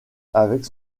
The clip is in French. avec